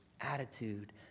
attitude